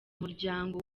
umuryango